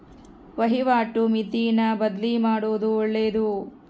ವಹಿವಾಟು ಮಿತಿನ ಬದ್ಲುಮಾಡೊದು ಒಳ್ಳೆದು